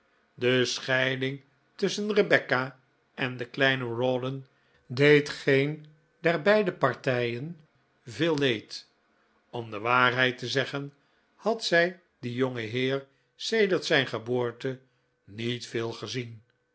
de scheiding tusschen rebecca en de kleine rawdon deed geen der beide partijen veel leed om de waarheid te zeggen had zij dien jongeheer sedert zijn geboorte niet veel gezien